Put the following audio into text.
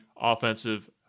offensive